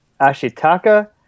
Ashitaka